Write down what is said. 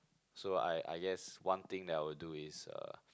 so I I guess one thing I'll do is uh